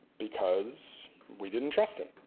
because we didn't trust and